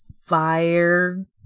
fire